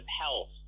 health